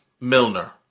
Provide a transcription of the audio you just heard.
Milner